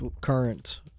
current